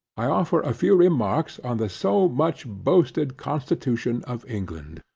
i offer a few remarks on the so much boasted constitution of england.